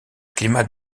climat